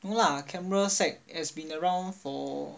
no lah canberra sec has been around for